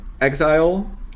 Exile